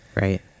Right